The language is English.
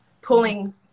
pulling